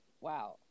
wow